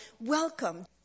welcome